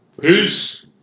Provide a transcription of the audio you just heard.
Peace